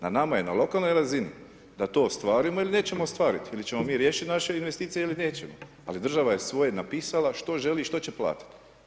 Na nama je na lokalnoj razini da to ostvarimo ili nećemo ostvariti ili ćemo mi riješiti naše investicije ili nećemo, ali država je svoje napisala što želi i što će platiti.